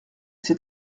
c’est